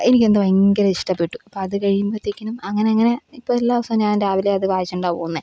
എനിക്ക് എന്തോ ഭയങ്കര ഇഷ്ടപ്പെട്ടു അപ്പ അത് കഴിയുമ്പത്തേക്കിനും അങ്ങനെ അങ്ങനെ ഇപ്പം എല്ലാ ദിവസവും ഞാൻ രാവിലെ അത് വായിച്ചു കൊണ്ടാണ് പോകുന്നത്